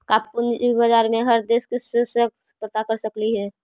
का पूंजी बाजार में हर देश के सेंसेक्स पता कर सकली हे?